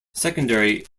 secondary